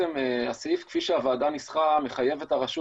הסעיף כפי שהוועדה ניסחה מחייב את הרשות